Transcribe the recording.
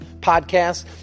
podcast